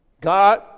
God